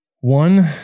one